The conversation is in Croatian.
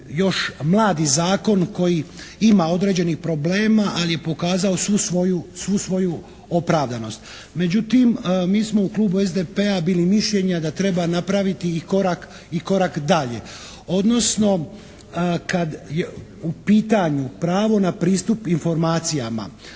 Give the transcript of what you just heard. još mladi zakon koji ima određenih problema, ali je pokazao svu svoju opravdanost. Međutim mi smo u klubu SDP-a bili mišljenja da treba napraviti i korak dalje, odnosno kad je u pitanju pravo na pristup informacijama